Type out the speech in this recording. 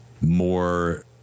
more